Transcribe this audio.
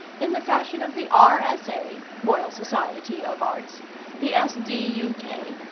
in the fashion of the r. s. a, royal society of arts the s. d. u. k,